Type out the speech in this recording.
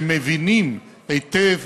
שמבינים היטב